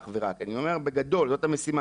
אני אומר את זה בגדול כי זאת המשימה,